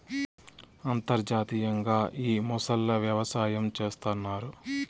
అంతర్జాతీయంగా ఈ మొసళ్ళ వ్యవసాయం చేస్తన్నారు